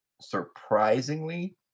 surprisingly